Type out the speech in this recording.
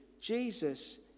Jesus